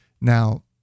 Now